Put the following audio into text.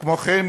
וכמו כן,